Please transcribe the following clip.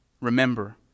remember